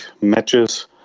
matches